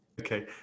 okay